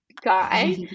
guy